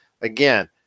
again